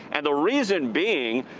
and the reason being,